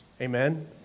Amen